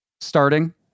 starting